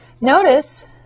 Notice